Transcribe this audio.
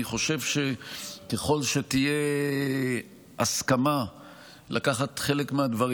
אני חושב שככל שתהיה הסכמה לקחת חלק מהדברים